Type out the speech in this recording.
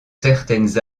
certaines